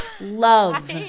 love